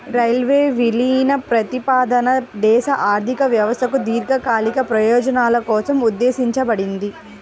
railway విలీన ప్రతిపాదన దేశ ఆర్థిక వ్యవస్థకు దీర్ఘకాలిక ప్రయోజనాల కోసం ఉద్దేశించబడింది